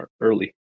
early